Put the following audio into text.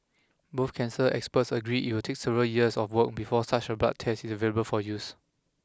both cancer experts agree it will take several years of work before such a blood test is available for use